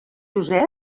josep